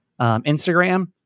Instagram